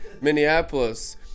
Minneapolis